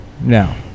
now